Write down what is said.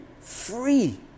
free